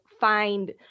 find